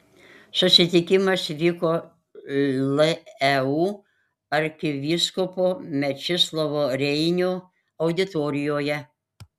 susitikimas vyko leu arkivyskupo mečislovo reinio auditorijoje